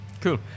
cool